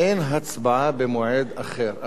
אין הצבעה במועד אחר.